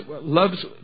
loves